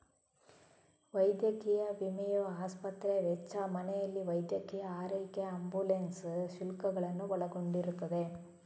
ವೈದ್ಯಕೀಯ ವಿಮೆಯು ಆಸ್ಪತ್ರೆ ವೆಚ್ಚ, ಮನೆಯಲ್ಲಿ ವೈದ್ಯಕೀಯ ಆರೈಕೆ ಆಂಬ್ಯುಲೆನ್ಸ್ ಶುಲ್ಕಗಳನ್ನು ಒಳಗೊಂಡಿರುತ್ತದೆ